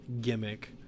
gimmick